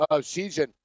season